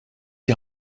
die